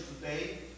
today